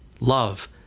Love